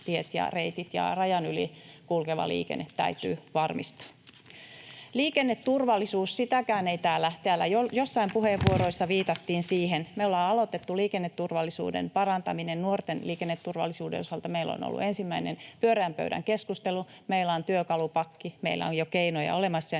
ja rajan yli kulkeva liikenne täytyy varmistaa. Liikenneturvallisuus, joissain puheenvuoroissa viitattiin siihen: Me olemme aloittaneet liikenneturvallisuuden parantamisen. Nuorten liikenneturvallisuuden osalta meillä on ollut ensimmäinen pyöreän pöydän keskustelu, meillä on työkalupakki, meillä on jo keinoja olemassa,